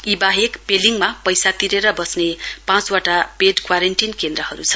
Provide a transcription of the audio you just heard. यी बाहेक पेलिङमा पैसा तिरेर बस्ने पाँचवाट पेड क्वारेन्टिन केन्द्रहरू छन्